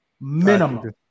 Minimum